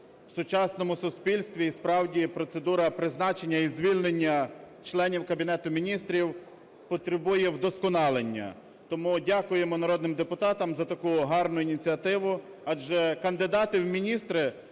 В сучасному суспільстві і справді процедура призначення і звільнення членів Кабінету Міністрів потребує вдосконалення. Тому дякуємо народним депутатам за таку гарну ініціативу, адже кандидати в міністри